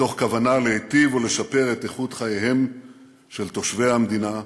מתוך כוונה להיטיב ולשפר את איכות חייהם של תושבי המדינה,